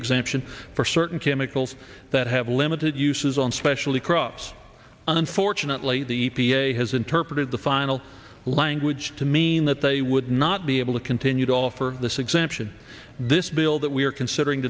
exemption for certain chemicals that have limited uses on specialty crops and unfortunately the p a has interpreted the final language to mean that they would not be able to continue to offer this exemption this bill that we are considering